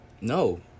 No